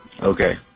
Okay